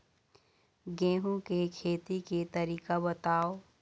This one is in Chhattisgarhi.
गेहूं के खेती के तरीका बताव?